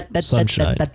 Sunshine